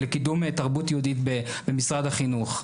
לקידום תרבות יהודית במשרד החינוך,